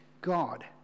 God